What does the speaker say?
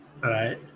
Right